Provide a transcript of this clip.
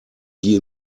wie